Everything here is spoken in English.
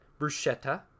Bruschetta